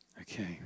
Okay